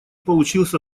получился